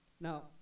Now